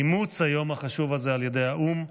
אימוץ היום החשוב הזה על ידי האו"ם,